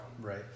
Right